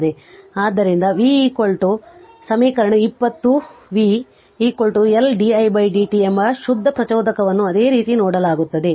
ಆದ್ದರಿಂದ v ಸಮೀಕರಣ 20 v L di dt ಎಂಬ ಶುದ್ಧ ಪ್ರಚೋದಕವನ್ನು ಅದೇ ರೀತಿ ನೋಡಲಾಗುತ್ತದೆ